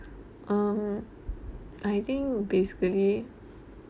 um I think basically